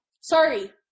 Sorry